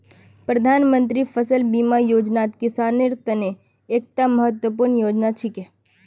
प्रधानमंत्री फसल बीमा योजनात किसानेर त न एकता महत्वपूर्ण योजना छिके